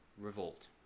revolt